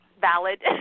valid